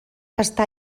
està